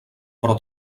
però